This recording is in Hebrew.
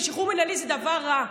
ושחרור מינהלי זה דבר רע.